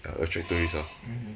ya attract tourist uh